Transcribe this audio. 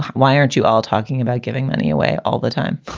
why aren't you all talking about giving money away all the time?